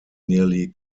nearly